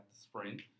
spring